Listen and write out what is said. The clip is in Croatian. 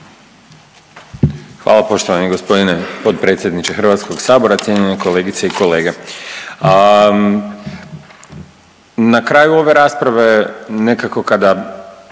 Hvala poštovani gospodine potpredsjedniče Hrvatskog sabora. Cijenjene kolegice i kolege, na kraju ove rasprave nekako kada,